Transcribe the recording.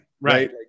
right